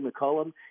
McCollum